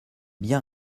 bien